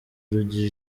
rugira